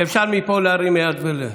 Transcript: אפשר מפה להרים יד.